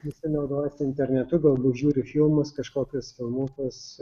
visi naudojasi internetu galbūt žiūri filmus kažkokius filmukus